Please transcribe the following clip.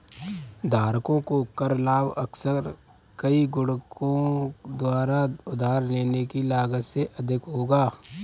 धारकों को कर लाभ अक्सर कई गुणकों द्वारा उधार लेने की लागत से अधिक होगा